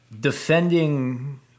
defending